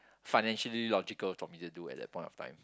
financially logical job me to do at that point of time